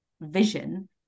vision